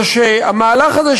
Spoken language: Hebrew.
זה שהמהלך הזה,